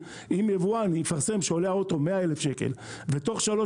אם יבואן יפרסם שעולה האוטו 100,000 שקל ותוך שלוש